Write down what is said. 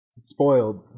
Spoiled